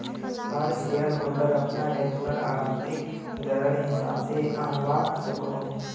हर shareholder अपना return आंतरिक दरर हिसाब से आंनवा सकोह